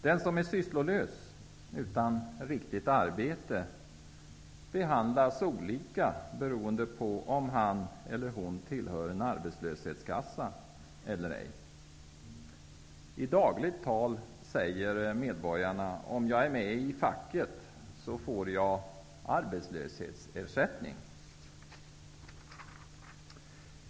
Den som är sysslolös utan riktigt arbete behandlas olika beroende på om han eller hon tillhör en arbetslöshetskassa eller ej. I dagligt tal säger medborgarna: Om jag är med i facket får jag arbetslöshetsersättning.